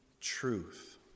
truth